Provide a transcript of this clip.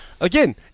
Again